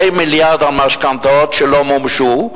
2 מיליארד על משכנתאות שלא מומשו,